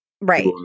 Right